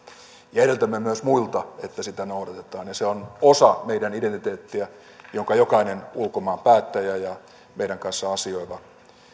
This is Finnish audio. ja edellytämme myös muilta että sitä noudatetaan se on osa meidän identiteettiämme ja jokainen ulkomaanpäättäjä ja meidän kanssamme asioiva